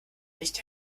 nicht